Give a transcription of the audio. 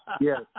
Yes